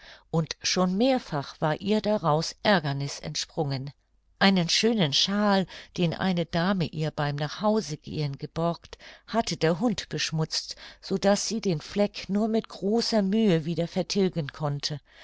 und schon mehrfach war ihr daraus aergerniß entsprungen einen schönen shawl den eine dame ihr beim nachhausegehen geborgt hatte der hund beschmutzt so daß sie den fleck nur mit großer mühe wieder vertilgen konnte